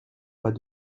pas